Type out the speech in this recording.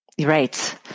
Right